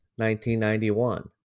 1991